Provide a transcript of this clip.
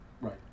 Right